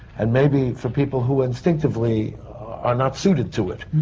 and maybe for people who instinctively are not suited to it.